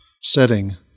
setting